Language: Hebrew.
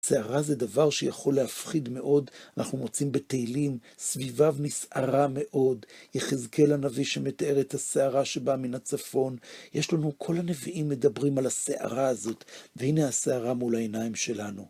סערה זה דבר שיכול להפחיד מאוד, אנחנו מוצאים בתהילים, "סביביו נשערה מאוד". יחזקאל הנביא שמתאר את הסערה שבאה מן הצפון, יש לנו, כל הנביאים מדברים על הסערה הזאת, והנה הסערה מול העיניים שלנו.